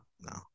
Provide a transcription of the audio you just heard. no